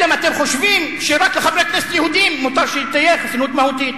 אלא אם כן אתם חושבים שרק לחברי כנסת יהודים מותר שתהיה חסינות מהותית.